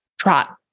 trot